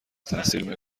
تحصیل